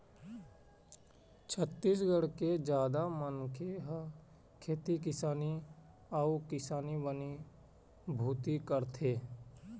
छत्तीसगढ़ के जादा मनखे ह खेती किसानी अउ किसानी बनी भूथी करथे